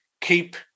keep